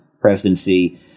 presidency